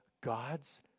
God's